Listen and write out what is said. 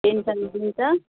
pension दिन्छ